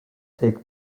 take